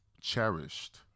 cherished